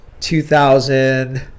2000